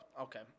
Okay